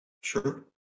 sure